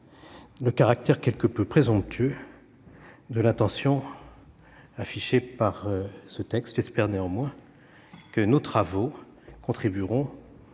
le caractère quelque peu présomptueux de l'intention affichée par ce texte. J'espère néanmoins que nos travaux contribueront